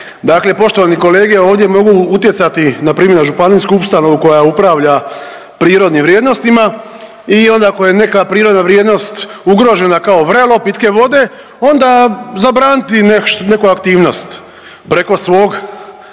Dakle poštovani kolege ovdje mogu utjecati npr. na županijsku ustanovu koja upravlja prirodnim vrijednostima i ako je neka prirodna vrijednost ugrožena kao vrelo pitke vode onda zabraniti neku aktivnost preko svog